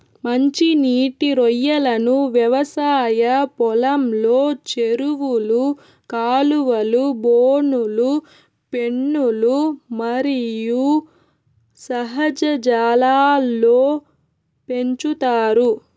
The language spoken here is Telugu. మంచి నీటి రొయ్యలను వ్యవసాయ పొలంలో, చెరువులు, కాలువలు, బోనులు, పెన్నులు మరియు సహజ జలాల్లో పెంచుతారు